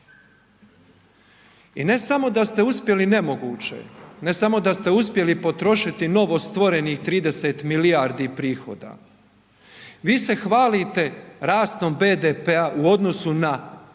I ne samo da ste uspjeli nemoguće, ne samo da ste uspjeli potrošiti novostvorenih 30 milijardi prihoda, vi se hvalite rastom BDP-a u odnosu na